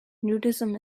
nudism